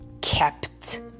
kept